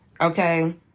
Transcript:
okay